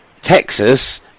texas